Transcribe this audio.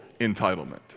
entitlement